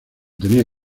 tenía